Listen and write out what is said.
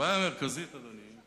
הבעיה המרכזית, אדוני,